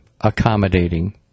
accommodating